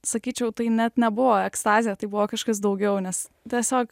sakyčiau tai net nebuvo ekstazė tai buvo kažkas daugiau nes tiesiog